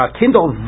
kindle